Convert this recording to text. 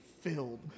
filled